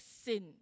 sin